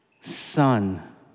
son